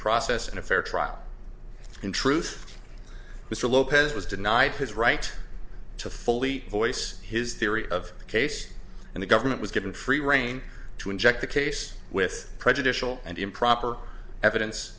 process in a fair trial in truth mr lopez was denied his right to fully voice his theory of the case and the government was given free rein to inject the case with prejudicial and improper evidence